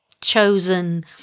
chosen